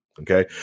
Okay